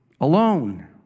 alone